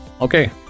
Okay